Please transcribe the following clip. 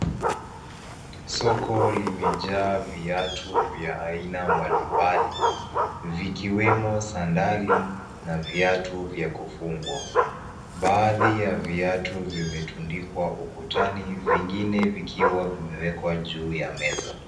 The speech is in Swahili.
Soko limejaa viatu vya aina mbalimbali, vikiwemo sandali, na viatu vya kufungwa. Baadhi ya viatu vimetundikwa ukutani, vingine vikiwa vimewekwa juu ya meza.